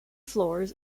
floors